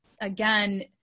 again